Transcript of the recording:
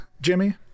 jimmy